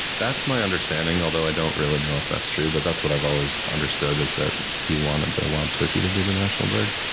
that's my understanding although i don't really know if that's true, but that's what i've always understood is that he wanted the wild turkey to be the national bird.